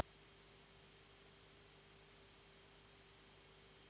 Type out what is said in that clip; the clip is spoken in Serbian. Hvala